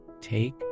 Take